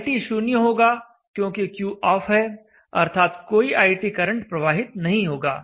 iT शून्य होगा क्योंकि Q ऑफ है अर्थात कोई iT करंट प्रवाहित नहीं होगा